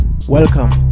Welcome